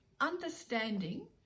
understanding